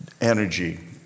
energy